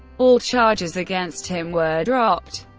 all charges against him were dropped.